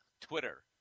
Twitter